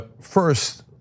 first